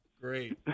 great